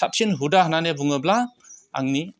साबसिन हुदा होननानै बुङोब्ला आंनि